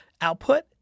output